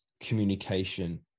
communication